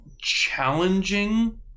challenging